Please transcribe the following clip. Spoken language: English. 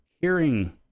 hearing